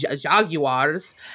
Jaguars